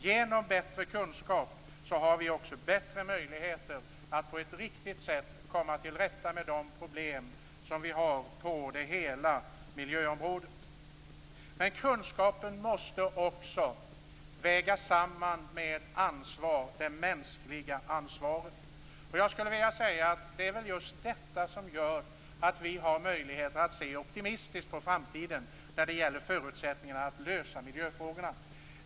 Genom bättre kunskaper har vi också större möjligheter att på ett riktigt sätt komma till rätta med de problem som finns på hela miljöområdet. Men kunskapen måste också vägas samman med ansvar, det mänskliga ansvaret. Det är just detta som gör att vi har möjlighet att se optimistiskt på framtiden och förutsättningarna att lösa miljöfrågorna.